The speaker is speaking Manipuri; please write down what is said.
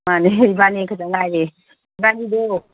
ꯃꯥꯅꯤ ꯏꯕꯥꯅꯤ ꯈꯛꯇꯪ ꯉꯥꯏꯔꯦ ꯏꯕꯥꯅꯤꯗꯣ